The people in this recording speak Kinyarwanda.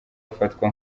afatwa